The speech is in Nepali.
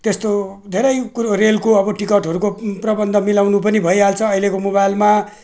त्यस्तो धेरै कुरो रेलको अब टिकटहरूको प्रबन्ध मिलाउनु पनि भइहाल्छ अहिलेको मोबाइलमा